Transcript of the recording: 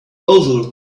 over